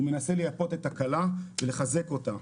הוא מנסה לייפות את הכלה ולחזק אותה.